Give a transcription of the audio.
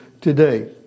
Today